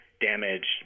damaged